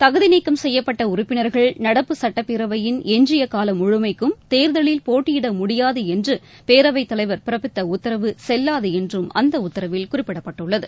தகுதி நீக்கம் செய்யப்பட்ட உறுப்பினர்கள் நடப்பு சட்டப்பேரவையின் எஞ்சிய காலம் முழுமைக்கும் தேர்தலில் போட்டியிட முடியாது என்று பேரவைத் தலைவர் பிறப்பித்த உத்தரவு செல்வாது என்றும் அந்த உத்தரவில் குறிப்பிடப்பட்டுள்ளது